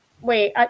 wait